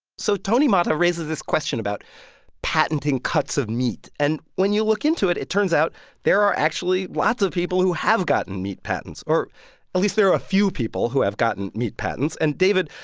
so tony mata raises this question about patenting cuts of meat. and when you look into it, it turns out there are actually lots of people who have gotten meat patents or at least there are a few people who have gotten meat patents. and david,